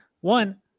One